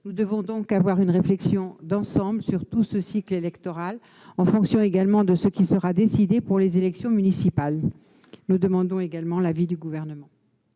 Nous devons donc mener une réflexion d'ensemble sur tout ce cycle électoral, en fonction également de ce qui sera décidé pour les élections municipales. En conséquence, nous souhaitons entendre l'avis du Gouvernement.